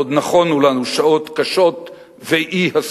ועוד נכונו לנו שעות קשות ואי-הסכמות,